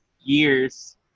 years